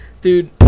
Dude